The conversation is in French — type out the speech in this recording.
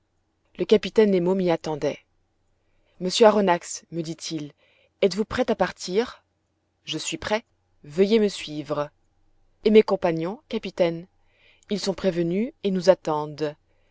le capitaine nemo m'y attendait monsieur aronnax me dit-il êtes-vous prêt à partir je suis prêt veuillez me suivre et mes compagnons capitaine ils sont prévenus et nous attendent